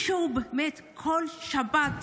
שכל שבת,